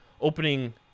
opening